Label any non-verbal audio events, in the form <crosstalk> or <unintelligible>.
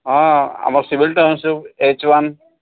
ହଁ ଆମର <unintelligible> H one